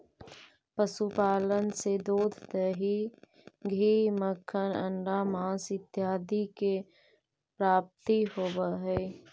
पशुपालन से दूध, दही, घी, मक्खन, अण्डा, माँस इत्यादि के प्राप्ति होवऽ हइ